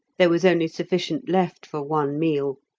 there was only sufficient left for one meal,